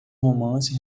romance